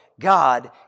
God